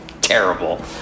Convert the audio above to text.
terrible